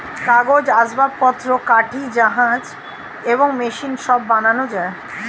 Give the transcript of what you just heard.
কাগজ, আসবাবপত্র, কাঠি, জাহাজ এবং মেশিন সব বানানো যায়